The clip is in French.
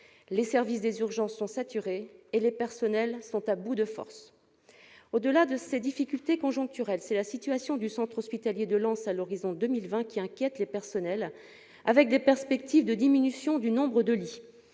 les services des urgences sont saturés et les personnels sont à bout de forces. Au-delà de ces difficultés conjoncturelles, c'est la situation du centre hospitalier de Lens à l'horizon 2020 qui inquiète les personnels, du fait de la diminution annoncée du nombre de lits.